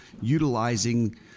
utilizing